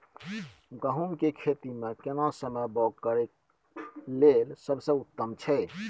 गहूम के खेती मे केना समय बौग करय लेल सबसे उत्तम छै?